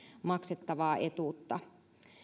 maksettavaa etuutta